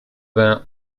vingt